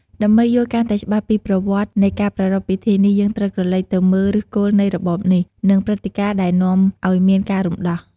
ដើម្បីយល់កាន់តែច្បាស់ពីប្រវត្តិនៃការប្រារព្ធពិធីនេះ យើងត្រូវក្រឡេកទៅមើលឫសគល់នៃរបបនេះ និងព្រឹត្តិការណ៍ដែលនាំឲ្យមានការរំដោះ។